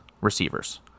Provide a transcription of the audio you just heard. receivers